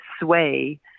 sway